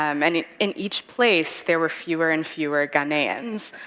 um and and in each place, there were fewer and fewer ghanaians.